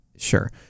Sure